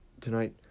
tonight